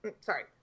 sorry